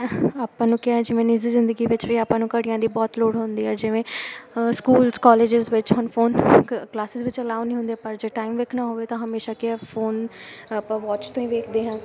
ਆਪਾਂ ਨੂੰ ਕੀ ਆ ਜਿਵੇਂ ਨਿੱਜੀ ਜ਼ਿੰਦਗੀ ਵਿੱਚ ਵੀ ਆਪਾਂ ਨੂੰ ਘੜੀਆਂ ਦੀ ਬਹੁਤ ਲੋੜ ਹੁੰਦੀ ਹੈ ਜਿਵੇਂ ਸਕੂਲਸ ਕਾਲਜਿਸ ਵਿੱਚ ਹਨ ਫੋਨ ਕ ਕਲਾਸਿਜ ਵਿੱਚ ਅਲਾਉ ਨਹੀਂ ਹੁੰਦੇ ਪਰ ਜੇ ਟਾਈਮ ਵੇਖਣਾ ਹੋਵੇ ਤਾਂ ਹਮੇਸ਼ਾ ਕੀ ਆ ਫੋਨ ਆਪਾਂ ਵਾਚ ਤੋਂ ਹੀ ਵੇਖਦੇ ਹਾਂ